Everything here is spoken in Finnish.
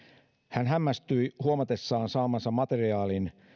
hän hämmästyi huomatessaan saamastaan materiaalista